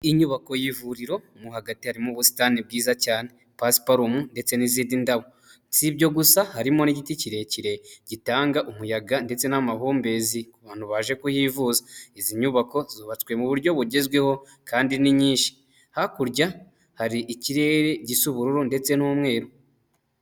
Inyubako y'ivuriro mo hagati harimo ubusitani bwiza cyane, pasiparumu ndetse n'izindi ndabo. Si ibyo gusa harimo n'igiti kirekire gitanga umuyaga ndetse n'amahumbezi ku bantu baje kuhivuza. Izi nyubako zubatswe mu buryo bugezweho kandi ni nyinshi. Hakurya hari ikirere gisa ubururu ndetse n'umweru.